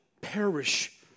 perish